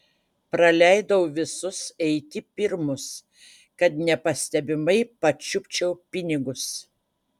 praleidau visus eiti pirmus kad nepastebimai pačiupčiau pinigus